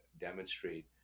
demonstrate